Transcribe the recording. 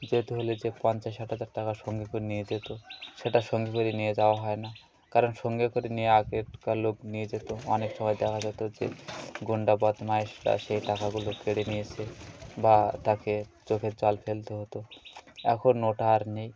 যেতে হলে যে পঞ্চাশ ষাট হাজার টাকার সঙ্গে করে নিয়ে যেত সেটা সঙ্গে করে নিয়ে যাওয়া হয় না কারণ সঙ্গে করে নিয়ে আগেকার লোক নিয়ে যেত অনেক সময় দেখা যেত যে গুন্ডা বদমাশরা সেই টাকাগুলো কেড়ে নিয়ে এসে বা তাকে চোখের জল ফেলতে হতো এখন ওটা আর নেই